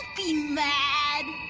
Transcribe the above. be mad.